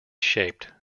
shaped